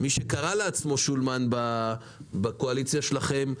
מי שקרא לעצמו שולמן בקואליציה שלכם,